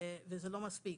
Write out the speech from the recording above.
וזה לא מספיק.